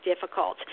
difficult